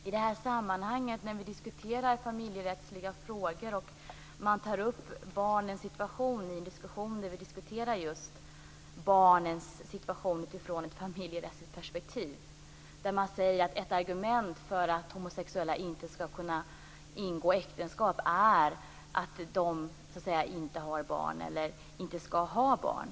Fru talman! Vi diskuterar i detta sammanhang familjerättsliga frågor och barnens situation utifrån ett familjerättsligt perspektiv. Man säger att ett argument för att homosexuella inte skall kunna ingå äktenskap är att de inte har eller inte skall ha barn.